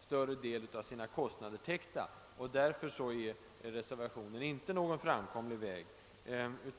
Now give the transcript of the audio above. större del av sina kostnader täckta. Därför anvisar reservationen inte en framkomlig väg.